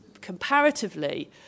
comparatively